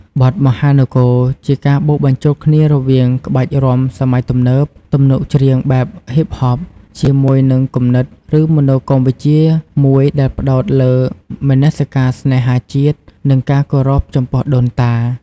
បទ "មហានគរ" ជាការបូកបញ្ចូលគ្នារវាងក្បាច់រាំសម័យទំនើប ទំនុកច្រៀងបែបហ៊ីបហប ជាមួយនឹងគំនិត ឬមនោគមវិជ្ជាមួយដែលផ្តោតលើមនសិការស្នេហាជាតិ និងការគោរពចំពោះដូនតា។